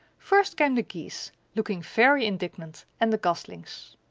first came the geese, looking very indignant, and the goslings.